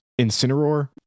Incineroar